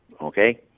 okay